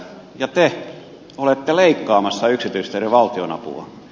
ja te olette leikkaamassa yksityisteiden valtionapua